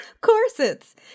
corsets